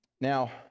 Now